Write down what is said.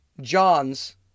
John's